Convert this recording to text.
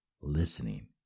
listening